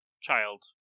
child